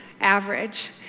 average